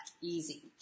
Easy